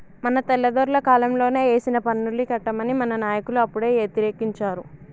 మన తెల్లదొరల కాలంలోనే ఏసిన పన్నుల్ని కట్టమని మన నాయకులు అప్పుడే యతిరేకించారు